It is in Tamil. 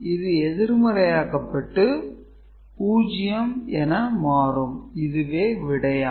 இது எதிர்மறையாக்கப்பட்டு 0 என மாறும் இதுவே விடை ஆகும்